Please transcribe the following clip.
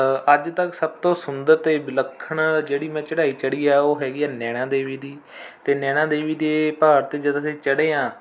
ਅੱਜ ਤੱਕ ਸਭ ਤੋਂ ਸੁੰਦਰ ਅਤੇ ਵਿਲੱਖਣ ਜਿਹੜੀ ਮੈਂ ਚੜ੍ਹਾਈ ਚੜ੍ਹੀ ਹੈ ਉਹ ਹੈਗੀ ਹੈ ਨੈਣਾਂ ਦੇਵੀ ਦੀ ਅਤੇ ਨੈਣਾਂ ਦੇਵੀ ਦੇ ਪਹਾੜ 'ਤੇ ਜਦ ਅਸੀਂ ਚੜ੍ਹੇ ਹਾਂ